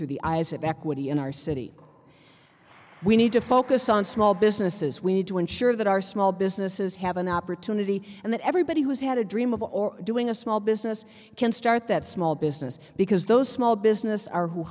through the eyes of equity in our city we need to focus on small businesses we need to ensure that our small businesses have an opportunity and that everybody who has had a dream of doing a small business can start that small business because those small business are who